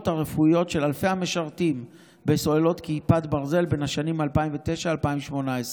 הרפואיות של אלפי המשרתים בסוללות כיפת ברזל בין השנים 2009 ו-2018.